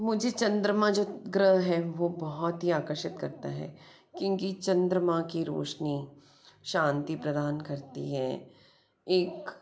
मुझे चंद्रमा जो ग्रह है वो बहुत ही आकर्षित करता है क्योंकि चंद्रमा की रोशनी शांति प्रदान करती हैं एक